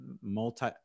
Multi